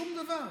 שום דבר.